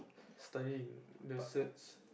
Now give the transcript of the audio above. studying the certs